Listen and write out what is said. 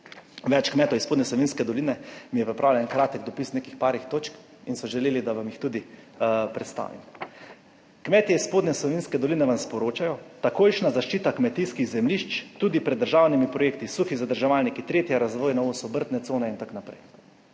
Več kmetov iz Spodnje Savinjske doline mi je pripravila en kratek dopis nekih parih točk in so želeli, da vam jih tudi predstavim. »Kmetje iz Spodnje Savinjske doline vam sporočajo, takojšnja zaščita kmetijskih zemljišč tudi pred državnimi projekti, suhi zadrževalniki, tretja razvojna os, obrtne cone in tako naprej.«